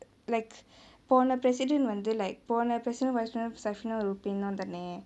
like போனே:ponae president வந்து:vanthu like போனே:pone president vice president னோ:no saifa rubin னு தானே:nu thaanae